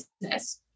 business